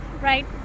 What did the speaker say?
right